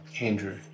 Andrew